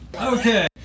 Okay